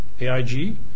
AIG